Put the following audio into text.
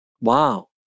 Wow